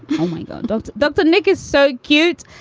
oh, my god. doctor doctor nick is so cute.